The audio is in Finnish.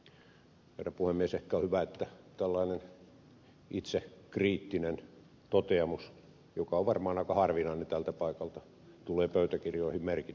ehkä on hyvä että tällainen itsekriittinen toteamus joka on varmaan aika harvinainen tältä paikalta tulee pöytäkirjoihin merkityksi